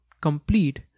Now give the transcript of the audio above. complete